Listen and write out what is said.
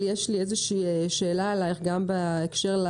גם דרך כוכבית 8404. מפורסם שם המייל האישי שלי,